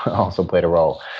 also played a role.